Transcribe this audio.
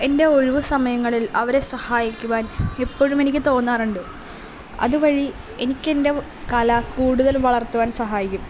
എൻ്റെ ഒഴിവു സമയങ്ങളിൽ അവരെ സഹായിക്കുവാൻ എപ്പോഴും എനിക്ക് തോന്നാറുണ്ട് അതുവഴി എനിക്ക് എൻ്റെ കല കൂടുതൽ വളർത്തുവാൻ സഹായിക്കും